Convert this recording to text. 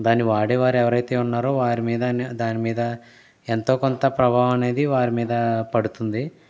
దాన్ని వాడేవారు ఎవరైతే ఉన్నారో వారి మీద దానిమీద ఎంతో కొంత ప్రభావం అనేది వారి మీద పడుతుంది